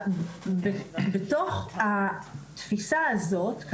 בתוך התפישה הזאת,